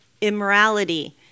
immorality